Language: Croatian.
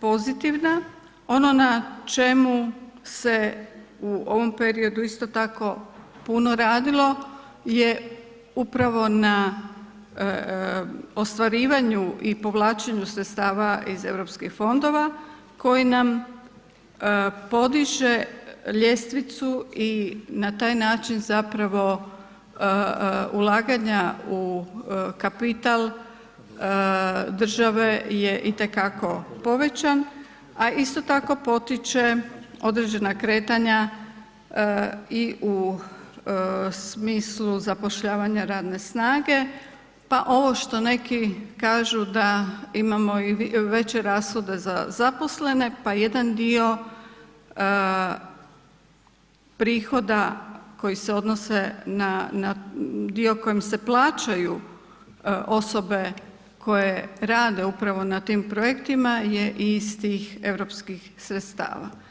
pozitivna ono na čemu se u ovom periodu isto tako puno radilo je upravo na ostvarivanju i povlačenju sredstava iz EU fondova koji nam podiže ljestvicu i na taj način zapravo ulaganja u kapital države je i te kako povećan, a isto tako potiče određena kretanja i u smislu zapošljavanja radne snage, pa ovo što neki kažu da imamo i veće rashode za zaposlene, pa jedan dio prihoda koji se odnose na dio kojim se plaćaju osobe koje rade upravo na tim projektima je iz tih europskih sredstava.